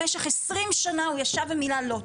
במשך 20 שנה הוא ישב ומילא לוטו.